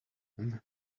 them